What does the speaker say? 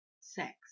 sex